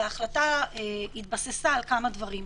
וההחלטה התבססה על כמה דברים.